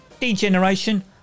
degeneration